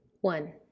One